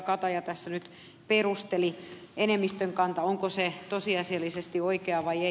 kataja tässä nyt perusteli enemmistön kanta onko se tosiasiallisesti oikea vai ei